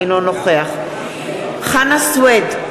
אינו נוכח חנא סוייד,